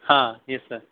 ہاں یس سر